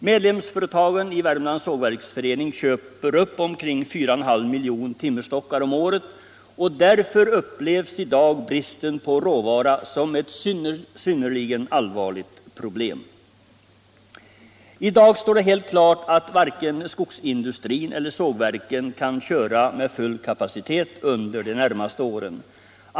Medlemsföretagen i Värmlands Sågverksförening köper upp omkring 4,5 miljoner timmerstockar om året och därför upplevs i dag bristen på råvara som ett synnerligen allvarligt problem. I dag står det helt klart att varken skogsindustrin eller sågverken kan köra med full kapacitet under de närmaste åren.